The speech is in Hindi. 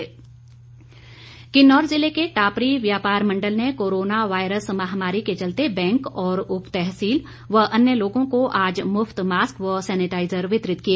व्यापार मंडल किन्नौर ज़िले के टापरी व्यापार मंडल ने कोरोना वायरस महामारी के चलते बैंक और उपतहसील व अन्य लोगों को आज मुफ्त मास्क व सैनिटाईजर वितरित किए